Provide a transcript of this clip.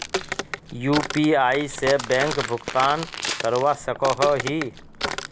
UPI से bank भुगतान करवा सकोहो ही?